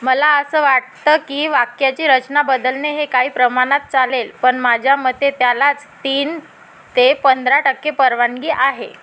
मला असं वाटतं की वाक्याची रचना बदलणे हे काही प्रमाणात चालेल पण माझ्या मते त्यालाच तीन ते पंधरा टक्के परवानगी आहे